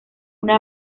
una